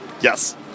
Yes